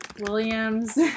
Williams